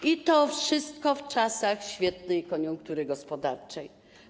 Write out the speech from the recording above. I to wszystko w czasach świetnej koniunktury gospodarczej.